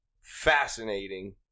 fascinating